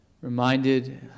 Reminded